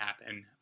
happen